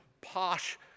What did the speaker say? posh